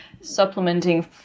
supplementing